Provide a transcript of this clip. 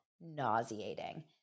Nauseating